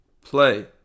Play